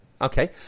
Okay